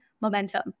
momentum